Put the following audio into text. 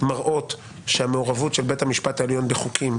מראות שהמעורבות של בית המשפט העליון בחוקים,